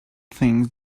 things